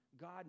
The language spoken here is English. God